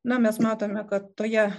na mes matome kad toje